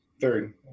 third